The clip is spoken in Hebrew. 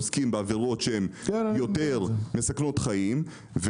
עוסקים בעבירות שהם יותר מסכנות חיים.